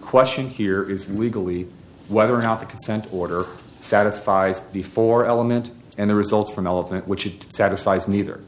question here is legally whether or not the consent order satisfies the four element and the results from elephant which it satisfies neither